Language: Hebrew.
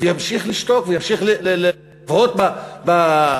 וימשיך לשתוק וימשיך לבהות בשמים?